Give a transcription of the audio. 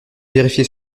vérifier